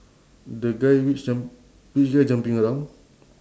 the guy which jump~ which guy jumping around